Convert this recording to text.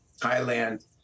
Thailand